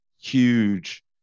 huge